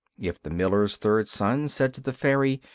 if the miller's third son said to the fairy,